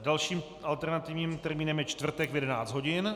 Dalším alternativním termínem je čtvrtek v 11 hodin.